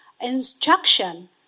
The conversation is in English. instruction